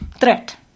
threat